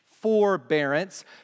forbearance